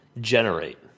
generate